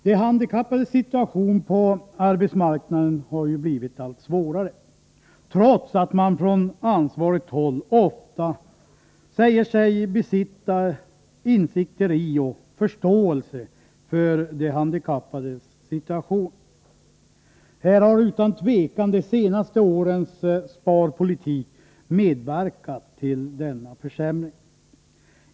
De handikappades situation på arbetsmarknaden har blivit allt svårare, trots att man från ansvarigt håll ofta säger sig besitta insikter i och förståelse för de handikappades situation. De senaste årens sparpolitik har utan tvivel medverkat till denna försämring.